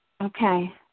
Okay